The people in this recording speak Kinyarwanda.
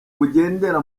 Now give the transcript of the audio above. bugendera